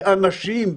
באנשים,